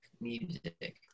music